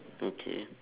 okay